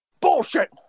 bullshit